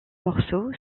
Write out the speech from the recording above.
morceaux